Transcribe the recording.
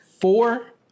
Four